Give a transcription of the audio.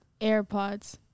AirPods